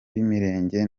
b’imirenge